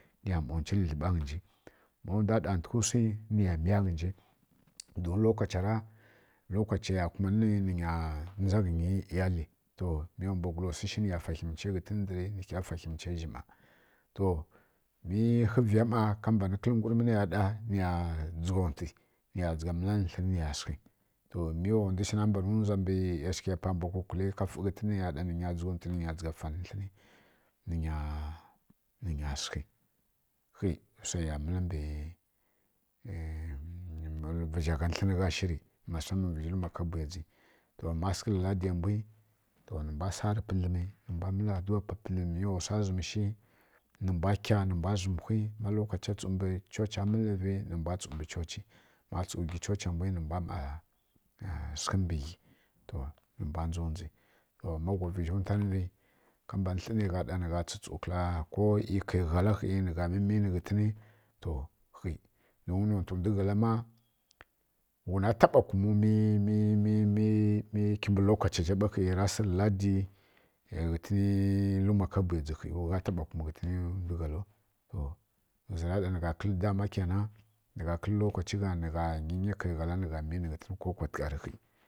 Niya ˈma nchwi dlǝdlǝɓa ghǝji ma wandwa ɗatǝghǝ wsi niya miya ghǝnji do lokachiyara naiya kumanǝ nainya ndza ghǝnnya iyali to mi wa mbwagula wsi shi niya fakhimche ghǝtǝn ndǝri nikha fakhimche zhi ˈma to mi hǝ viya ˈma a mbani kǝlǝ ngwurmǝ niya ɗa niya dzǝghantwi nǝya dzǝgha mǝlǝvǝ tlǝni niya to mi wa ndwi shi na mbani wza pa mbwa kukuli mbǝ ˈyashǝghgǝya na a mbanǝ ˈfǝn ghǝntǝn nai ya ɗa ninya dzǝgha mǝlǝ tlinǝ ninya sǝghǝ khi wsai ya mǝli mbǝ vǝzha gha tlǝn gha shǝ ri musamman vizhi luma ka bwuyadzi to ma sǝghǝ rǝ laddiya mbwi to nǝmbwa saarǝn pǝdlǝm nǝmbwa mǝlǝ aduwa pǝdlǝm miu wa wsa zǝmi shi nǝ mbwa kya nǝmbwa zǝmwhi ma lokacha tsu mbǝ chocha mǝllǝvi nǝ mbwa tsu mbǝ chochi mi wa mbwa wghi chochi nǝ mbwa ˈma sǝghǝ mbǝ ghi to nǝ mbwa ndzodzi ma ghwa vǝghi ntwa nyi ka mbanǝ tli nǝgha ɗa nǝgha tsu tsutsu kǝla ko ˈyi kai ghala khi nǝ gha mǝmi nǝ ghǝtǝni khi ma nontǝ ndwughala ma ghuna taɓa kum mi kimbin lokacha zha khi ra sǝ mbǝ ladi ghǝni luma ka buyadzǝ khi gha taɓa kum ghǝtǝni ndwughalau to ghǝzǝra sa nǝgha kǝlǝ dama ƙyǝna nǝ gha tsu mǝmi nǝ ghǝntinǝ kwa tǝghari khi